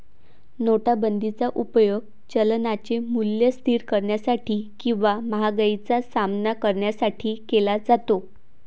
नोटाबंदीचा उपयोग चलनाचे मूल्य स्थिर करण्यासाठी किंवा महागाईचा सामना करण्यासाठी केला जातो